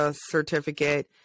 certificate